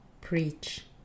Preach